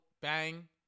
Bang